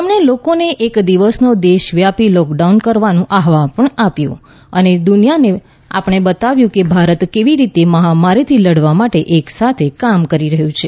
તેમણે લોકોને એક દિવસનો દેશવ્યાપી લોકડાઉન કરવાનો અહ્નવાન આપ્યું અને દુનિયાને બતાવ્યું કે ભારત કેવી રીતે મહામારીથી લડવા માટે એક સાથે કામ કરી રહ્યું છે